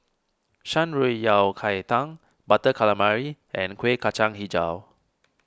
Shan Rui Yao Cai Tang Butter Calamari and Kueh Kacang HiJau